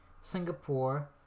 Singapore